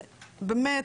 זה באמת